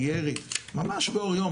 הירי ממש באור יום.